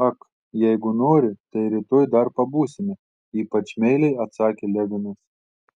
ak jeigu nori tai rytoj dar pabūsime ypač meiliai atsakė levinas